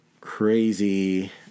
crazy